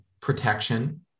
protection